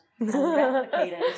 replicated